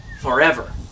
forever